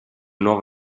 nuovo